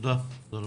תודה רבה.